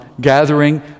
gathering